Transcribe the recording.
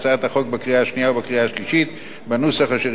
השנייה ובקריאה השלישית בנוסח אשר אישרה הוועדה,